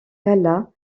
cala